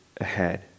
ahead